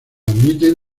admiten